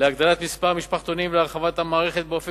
להגדלת מספר המשפחתונים ולהרחבת המערכת באופן